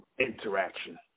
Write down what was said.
interaction